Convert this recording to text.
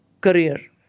career